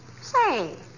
Say